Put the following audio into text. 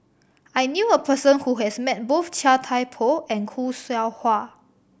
I knew a person who has met both Chia Thye Poh and Khoo Seow Hwa